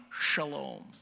shalom